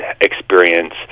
experience